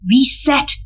reset